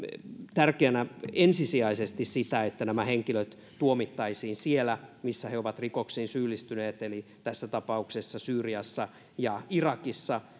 tärkeänä ensisijaisesti sitä että nämä henkilöt tuomittaisiin siellä missä he ovat rikoksiin syyllistyneet eli tässä tapauksessa syyriassa ja irakissa